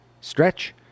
stretch